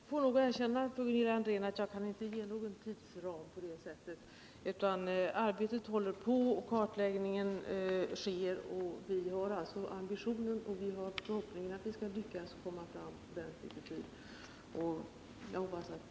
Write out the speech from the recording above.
Herr talman! Jag får nog erkänna, Gunilla André, att jag inte kan ge någon sådan tidsram. Arbetet pågår, kartläggning sker och vi har ambitionen och förhoppningen att vi skall lyckas komma fram inom rimlig tid. Jag hoppas att Gunilla André är nöjd med det svaret.